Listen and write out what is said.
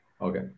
Okay